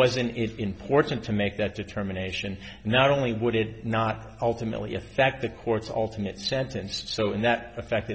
wasn't it important to make that determination not only would it not ultimately affect the court's ultimate sentence so in that effect